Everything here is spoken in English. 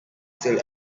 still